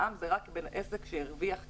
מע"מ זה רק לעסק שהרוויח כסף.